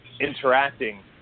interacting